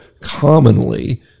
commonly